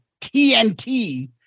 TNT